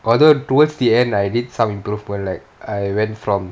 although towards the end I did some improvement like I went from